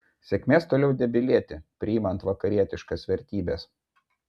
sėkmės toliau debilėti priimant vakarietiškas vertybes